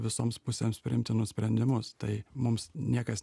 visoms pusėms priimtinus sprendimus tai mums niekas